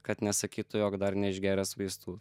kad nesakytų jog dar neišgėręs vaistų